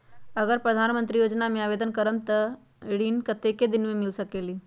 अगर प्रधानमंत्री योजना में आवेदन करम त ऋण कतेक दिन मे मिल सकेली?